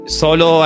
solo